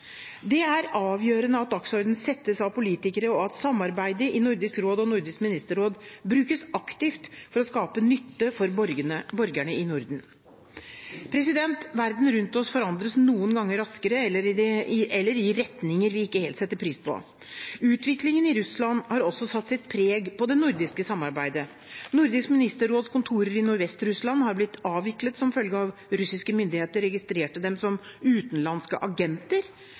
Det er avgjørende at dagsordenen settes av politikere, og at samarbeidet i Nordisk råd og Nordisk ministerråd brukes aktivt for å skape nytte for borgerne i Norden. Verden rundt oss forandres noen ganger raskere eller i andre retninger enn vi helt setter pris på. Utviklingen i Russland har også satt sitt preg på det nordiske samarbeidet. Nordisk ministerråds kontorer i Nordvest-Russland har blitt avviklet som følge av at russiske myndigheter registrerte dem som utenlandske agenter.